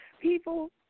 people